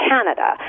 Canada